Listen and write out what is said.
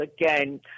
again